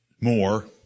more